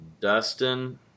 Dustin